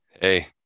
Hey